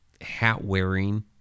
Hat-wearing